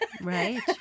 Right